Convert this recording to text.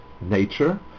nature